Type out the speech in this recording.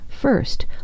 First